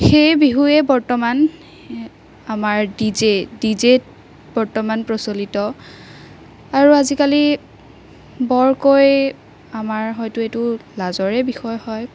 সেই বিহুৱে বৰ্তমান আমাৰ ডি জে ডি জেত বৰ্তমান প্ৰচলিত আৰু আজিকালি বৰকৈ আমাৰ হয়তো এইটো লাজৰে বিষয় হয়